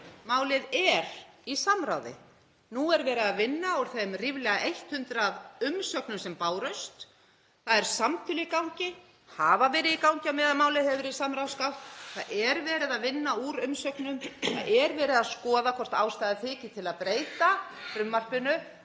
Málið er í samráði. Nú er verið að vinna úr þeim ríflega 100 umsögnum sem bárust. Það eru samtöl í gangi, hafa verið í gangi á meðan málið hefur verið í samráðsgátt. Það er verið að vinna úr umsögnum. Það er verið að skoða hvort ástæða þyki til að breyta frumvarpinu